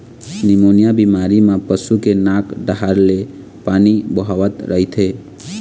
pneumonia बेमारी म पशु के नाक डाहर ले पानी बोहावत रहिथे